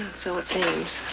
so it seems.